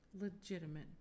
Legitimate